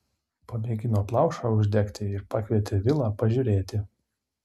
pamėgino plaušą uždegti ir pakvietė vilą pažiūrėti